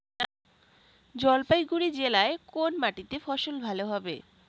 জলপাইগুড়ি জেলায় কোন মাটিতে ফসল ভালো হবে?